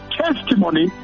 testimony